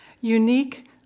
Unique